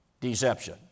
Deception